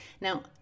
Now